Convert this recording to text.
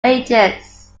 ages